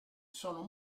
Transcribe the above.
sono